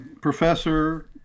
professor